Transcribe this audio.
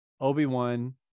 Obi-Wan